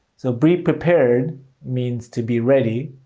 so be prepared means to be ready.